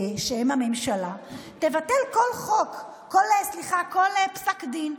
שהם הממשלה, תבטל כל חוק, סליחה, כל פסק דין.